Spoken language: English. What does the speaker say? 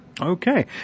Okay